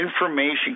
information